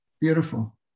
Beautiful